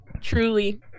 Truly